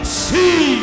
see